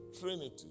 trinity